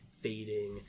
fading